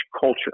culture